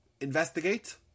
investigate